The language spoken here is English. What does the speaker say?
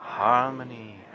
harmony